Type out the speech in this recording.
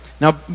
Now